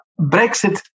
Brexit